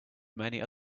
many